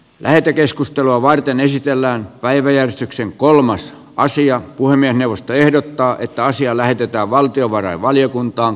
lähetekeskustelua varten esitellään päiväjärjestyksen kolmas naisia puhemiesneuvosto ehdottaa että asia lähetetään valtiovarainvaliokuntaan